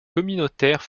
communautaire